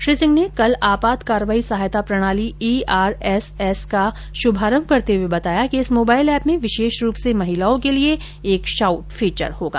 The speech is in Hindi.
श्री सिंह ने कल आपात कार्रवाई सहायता प्रणाली ईआरएसएस का शुभारंभ करते हुए बताया कि इस मोबाइल ऐप में विशेष रूप से महिलाओं के लिए एक शॉउट फीचर होगा